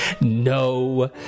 No